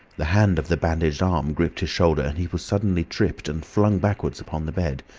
the hand of the bandaged arm gripped his shoulder, and he was suddenly tripped and flung backwards upon the bed.